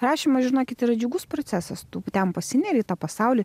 rašymas žinokit yra džiugus procesas tu ten pasineri į tą pasaulį